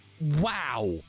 Wow